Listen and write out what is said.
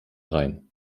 rhein